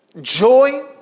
joy